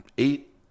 Eight